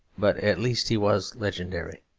but at least he was legendary.